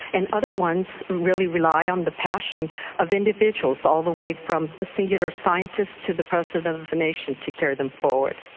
and other ones really rely on the passion of individuals, all the way from a singular scientist to the president of a nation, to carry them forward.